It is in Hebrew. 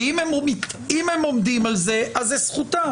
שאם הם עומדים על זה אז זו זכותם,